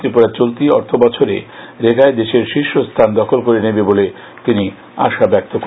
ত্রিপুরা চলতি অর্থ বছরে রেগায় দেশের শীর্ষ স্হান করে নেবে বলে তিনি আশা প্রকাশ করেন